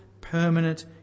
permanent